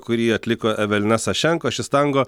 kurį atliko evelina sašenko šis tango